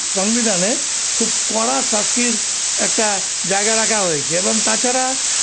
সংবিধানে খুব কড়া শাস্তির একটা জায়গা রাখা হয়েছে এবং তাছাড়া